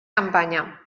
campanya